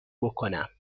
بکنم